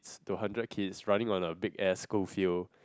to hundred kids running on a big ass school field